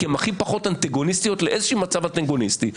כי הן הכי פחות אנטגוניסטיות לאיזה מצב אנטגוניסטי.